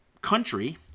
country